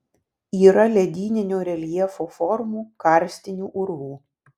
yra ledyninio reljefo formų karstinių urvų